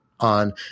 on